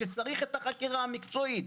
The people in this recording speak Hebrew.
כשצריך את החקירה המקצועית,